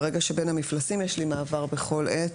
ברגע שבין המפלסים יש לי מעבר בכל עת,